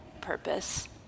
purpose